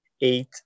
eight